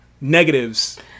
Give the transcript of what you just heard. negatives